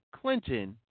Clinton